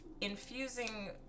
infusing